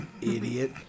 idiot